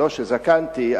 לא שזקנתי,